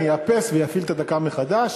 אני אאפס ואפעיל את הדקה מחדש.